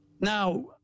Now